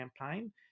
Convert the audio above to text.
campaign